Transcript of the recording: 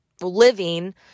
living